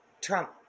Trump